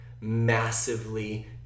massively